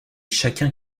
chacun